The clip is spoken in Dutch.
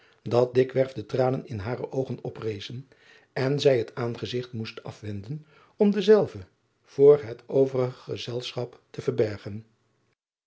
dat dikwerf de tranen in hare oogen oprezen en zij het aangezigt moest afwenden om dezelve voor het overige gezelschap te verbergen